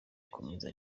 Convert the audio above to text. akomeza